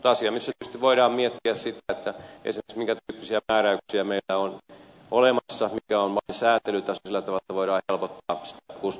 mutta voidaan tietysti miettiä esimerkiksi sitä minkä tyyppisiä määräyksiä meillä on olemassa mikä on lain sääntelytaso sillä tavalla että voidaan helpottaa sitä kustannustaakkaa